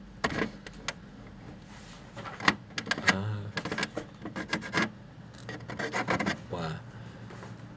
uh !wah!